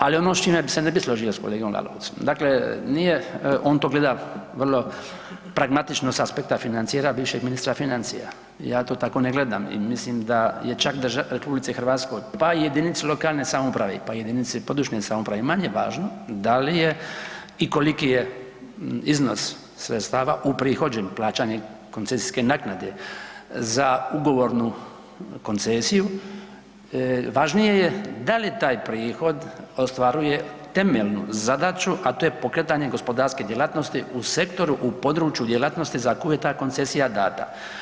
Ali ono s čime se ne bi složio s kolegom Lalovcem, dakle nije, on to gleda vrlo pragmatično s aspekta financijera bivšeg ministra financija, ja to tako ne gledam i mislim da je čak RH, pa i JLS-u, pa i jedinici područne samouprave, manje važno da li je i koliki je iznos sredstava uprihođen plaćanjem koncesijske naknade za ugovornu koncesiju, važnije je da li taj prihod ostvaruje temeljnu zadaću, a to je pokretanje gospodarske djelatnosti u sektoru u području djelatnosti za koju je ta koncesija data.